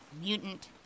Mutant